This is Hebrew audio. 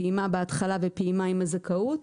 פעימה בהתחלה ופעימה עם הזכאות,